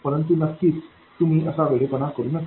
परंतु नक्कीच तुम्ही असा वेडेपणा करू नका